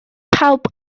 pawb